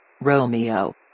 Romeo